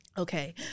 Okay